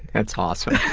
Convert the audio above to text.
that's awesome.